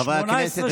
חברי הכנסת,